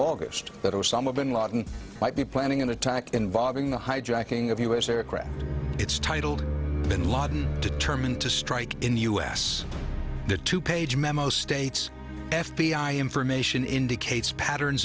august that osama bin laden might be planning an attack involving the hijacking of u s aircraft it's titled bin laden determined to strike in the u s the two page memo states f b i information indicates patterns